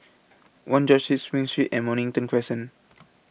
one George Street Spring Street and Mornington Crescent